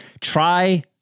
Try